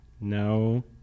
No